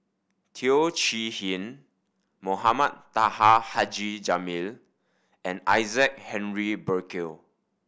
Teo Chee Hean Mohamed Taha Haji Jamil and Isaac Henry Burkill